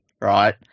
right